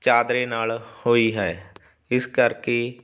ਚਾਦਰੇ ਨਾਲ ਹੋਈ ਹੈ ਇਸ ਕਰਕੇ